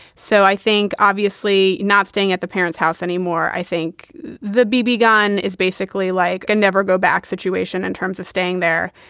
so i think obviously not staying at the parents house anymore. i think the b b. gun is basically like a never go back situation in terms of staying there.